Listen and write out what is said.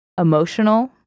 emotional